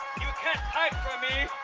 you can't hide from me.